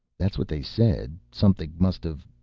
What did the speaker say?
that's what they said. something must've,